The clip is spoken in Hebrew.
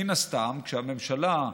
מן הסתם, כשהממשלה,